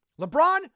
LeBron